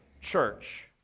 church